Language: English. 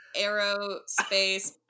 Aerospace